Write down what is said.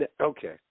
Okay